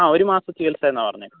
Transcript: ആ ഒരു മാസം ചികിത്സ എന്നാണ് പറഞ്ഞത്